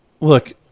Look